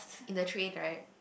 in the train right